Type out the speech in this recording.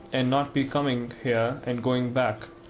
and not be coming here and going back.